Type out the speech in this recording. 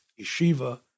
yeshiva